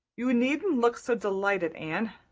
you needn't look so delighted, anne.